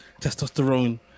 testosterone